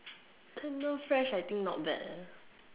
Tenderfresh I think not bad eh